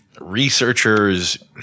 researchers